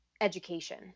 education